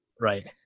right